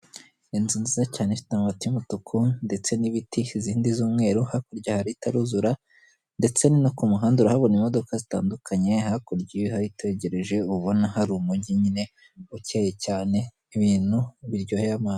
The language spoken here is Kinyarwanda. Inzu nziza cyane ifite amati y'umutuku, ndetse n'ibiti, izindi z'umweru hakurya hari itaruzura, ndetse no ku muhanda urahabona imodoka zitandukanye, hakurya iyo uhitegereje ubona hari umujyi, nyine ukeye cyane ibintu biryoheye amaso.